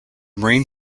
marine